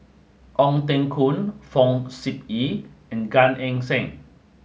Ong Teng Koon Fong Sip Chee and Gan Eng Seng